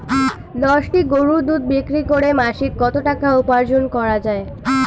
দশটি গরুর দুধ বিক্রি করে মাসিক কত টাকা উপার্জন করা য়ায়?